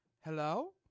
Hello